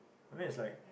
but then it's like